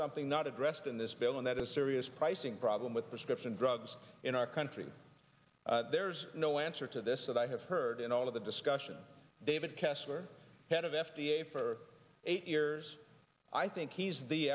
something not addressed in this bill and that is a serious pricing problem with prescription drugs in our country there's no answer to this that i have heard in all of the discussion david kessler head of f d a for eight years i think he's the